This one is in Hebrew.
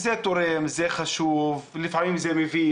זה תורם, זה חשוב, לפעמים זה מביך,